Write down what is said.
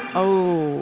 oh.